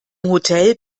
hotel